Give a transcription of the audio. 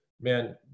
man